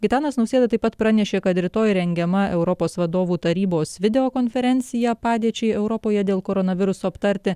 gitanas nausėda taip pat pranešė kad rytoj rengiama europos vadovų tarybos video konferencija padėčiai europoje dėl koronaviruso aptarti